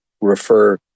refer